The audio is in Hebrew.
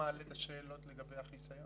מי מעלה את השאלות לגבי החיסיון?